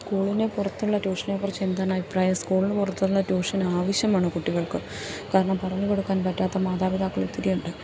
സ്കൂളിന് പുറത്തുള്ള ട്യൂഷനെ കുറിച്ച് എന്താണ് അഭിപ്രായം സ്കൂളിന് പുറത്തുള്ള ട്യൂഷൻ ആവശ്യമാണ് കുട്ടികൾക്ക് കാരണം പറഞ്ഞ് കൊടുക്കാൻ പറ്റാത്ത മാതാപിതാക്കൾ ഒത്തിരിയുണ്ട്